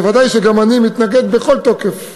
ודאי שגם אני מתנגד בכל תוקף